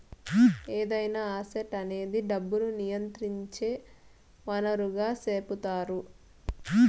ఏదైనా అసెట్ అనేది డబ్బును నియంత్రించే వనరుగా సెపుతారు